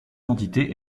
entités